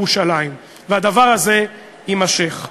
מירושלים", והדבר הזה יימשך.